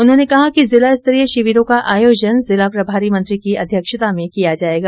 उन्होंने कहा कि जिला स्तरीय शिविरों का आयोजन जिला प्रभारी मंत्री की अध्यक्षता में किया जायेगा